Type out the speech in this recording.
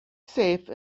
safe